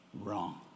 wrong